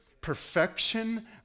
perfection